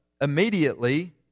immediately